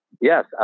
yes